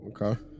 Okay